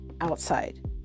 outside